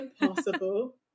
impossible